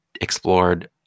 Explored